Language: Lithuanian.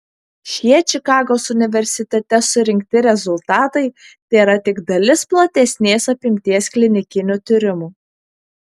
šie čikagos universitete surinkti rezultatai tėra tik dalis platesnės apimties klinikinių tyrimų